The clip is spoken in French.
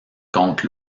compte